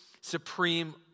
supreme